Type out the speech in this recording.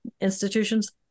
institutions